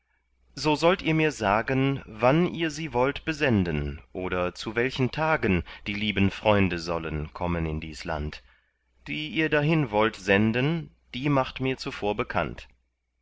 so sollt ihr mir sagen wann ihr sie wollt besenden oder zu welchen tagen die lieben freunde sollen kommen in dies land die ihr dahin wollt senden die macht zuvor mir bekannt